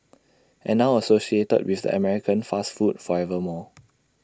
and now associated with an American fast food forever more